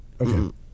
okay